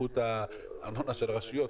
את הארנונה של הרשויות,